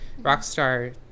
rockstar